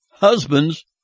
Husbands